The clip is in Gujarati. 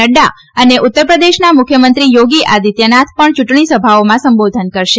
નફા અને ઉત્તરપ્રદેશનાં મુખ્યમંત્રી યોગી આદિત્યનાથ પણ યૂંટણી સભાઓમાં સંબોધન કરશે